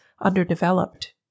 underdeveloped